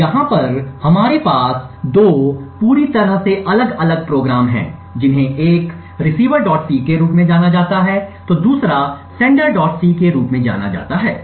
तो यहाँ पर हमारे पास 2 पूरी तरह से अलग अलग प्रोग्राम हैं जिन्हें एक recieverc के रूप में जाना जाता है दूसरा senderc के रूप में जाना जाता है